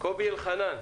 קובי אלחנן,